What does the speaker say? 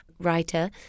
writer